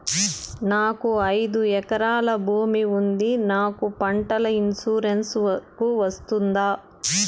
నాకు ఐదు ఎకరాల భూమి ఉంది నాకు పంటల ఇన్సూరెన్సుకు వస్తుందా?